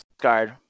guard